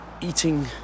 Eating